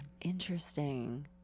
Interesting